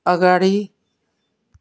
अगाडि